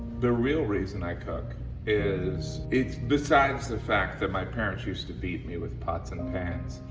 the real reason i cook is it's besides the fact that my parents used to beat me with pots and pans,